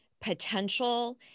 potential